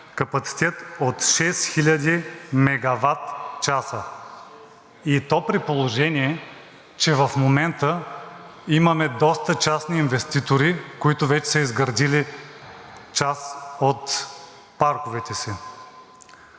капацитет от 6000 мегаватчаса, и то при положение че в момента имаме доста частни инвеститори, които вече са изградили част от парковете си.